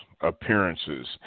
appearances